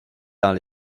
dans